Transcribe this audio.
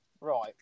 Right